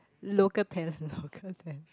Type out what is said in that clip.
local talent local talent